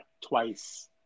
twice